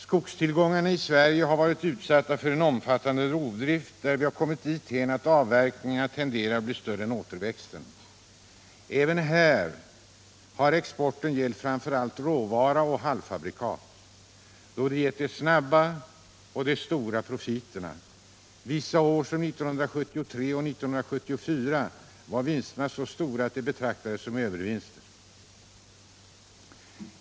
Skogstillgångarna i Sverige har även de varit utsatta för en omfattande rovdrift, och vi har kommit dithän att avverkningarna tenderar att bli större än återväxten. Även här har exporten gällt framför allt råvara och halv fabrikat, då detta gett de snabba och stora profiterna. Vissa år som 1973 och 1974 var vinsterna så stora att de betraktades som övervinster.